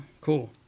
cool